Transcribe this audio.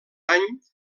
any